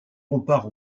compare